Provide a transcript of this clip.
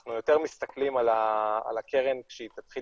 אנחנו יותר מסתכלים על הקרן כשהיא תתחיל